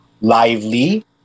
lively